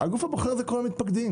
הגוף הבוחר זה כל המתפקדים.